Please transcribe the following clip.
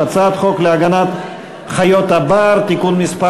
הצעת חוק להגנת חיית הבר (תיקון מס'